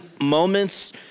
moments